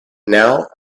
now